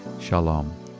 Shalom